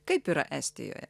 kaip yra estijoje